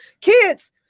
kids